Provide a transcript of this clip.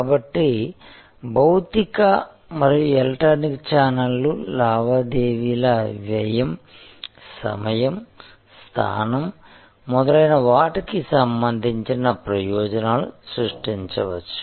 కాబట్టి భౌతిక మరియు ఎలక్ట్రానిక్ ఛానెల్లు లావాదేవీల వ్యయం సమయం స్థానం మొదలైన వాటికి సంబంధించిన ప్రయోజనాలు సృష్టించవచ్చు